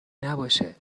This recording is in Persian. نباشه